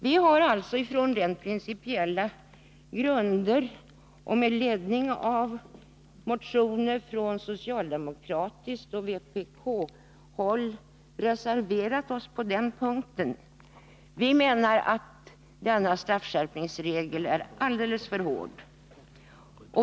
Vi har alltså på principiella grunder och med ledning av motioner från socialdemokratiskt och vpk-håll reserverat oss på den punkten. Vi anser att denna straffskärpningsregel är alldeles för hård.